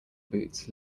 boots